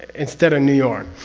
instead of new york,